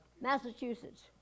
Massachusetts